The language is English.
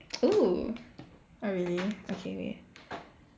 oo oh really okay wait